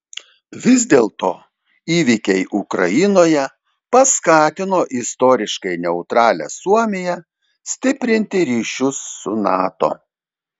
vis dėlto įvykiai ukrainoje paskatino istoriškai neutralią suomiją stiprinti ryšius su nato